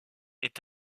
est